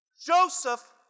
Joseph